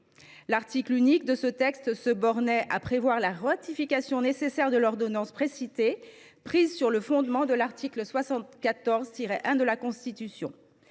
article unique se bornait à prévoir la ratification nécessaire de l’ordonnance précitée, prise sur le fondement de l’article 74 1 de la Constitution.